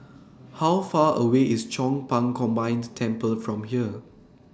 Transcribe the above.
How Far away IS Chong Pang Combined Temple from here